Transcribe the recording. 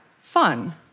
fun